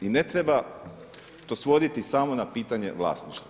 I ne treba to svoditi samo na pitanje vlasništva.